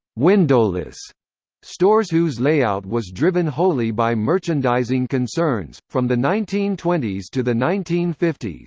windowless stores whose layout was driven wholly by merchandising concerns from the nineteen twenty s to the nineteen fifty s,